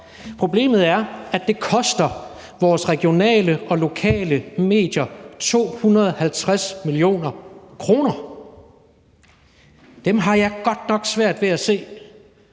Problemet er, at det koster vores regionale og lokale medier 250 mio. kr., dem har jeg godt nok svært ved at se,